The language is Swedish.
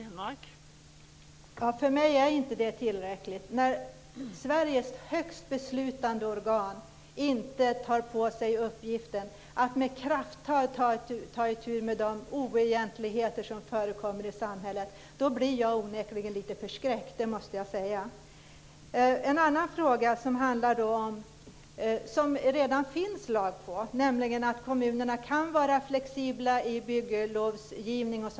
Fru talman! För mig är det inte tillräckligt. När Sveriges högsta beslutande organ inte tar på sig uppgiften att med kraft ta itu med de oegentligheter som förekommer i samhället blir jag onekligen förskräckt. Sedan finns det en annan fråga som det redan finns en lag för, nämligen när kommunerna kan vara flexibla i bygglovsgivning.